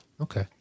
Okay